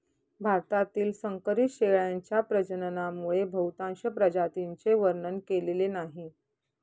भारतातील संकरित शेळ्यांच्या प्रजननामुळे बहुतांश प्रजातींचे वर्णन केलेले नाही